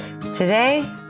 today